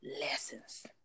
lessons